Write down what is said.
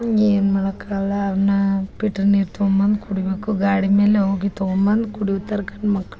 ಏನೂ ಮಾಡಕ್ಕೆ ಆಗಲ್ಲ ಅವನ್ನ ಪಿಟ್ರ್ ನೀರು ತಗೊಂಬಂದು ಕುಡಿಯಬೇಕು ಗಾಡಿ ಮೇಲೆ ಹೋ ಗಿ ತಗೊಂಬಂದು ಕುಡಿಯುತ್ತಾರೆ ಗಂಡು ಮಕ್ಳು